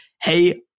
hey